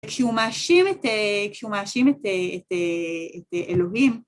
‫כשהוא מאשים את אלוהים...